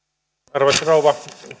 arvoisa rouva